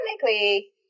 technically